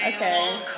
Okay